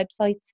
websites